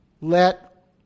let